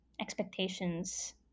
expectations